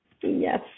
Yes